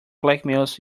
blackmails